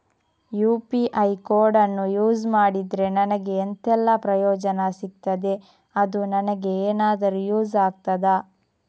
UPI ಕೋಡನ್ನು use ಮಾಡಿದ್ರೆ ನನಗೆ ಎಂಥೆಲ್ಲಾ ಪ್ರಯೋಜನ ಸಿಗ್ತದೆ, ಅದು ನನಗೆ ಎನಾದರೂ ಯೂಸ್ ಆಗ್ತದಾ?